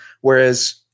Whereas